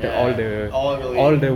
ya all the way